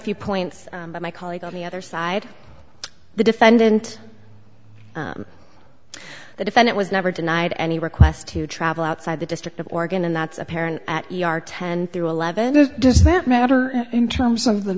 few points but my colleague on the other side the defendant the defendant was never denied any requests to travel outside the district of oregon and that's apparent at ten through eleven does that matter in terms of the